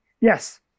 Yes